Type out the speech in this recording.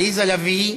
עליזה לביא,